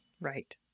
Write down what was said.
Right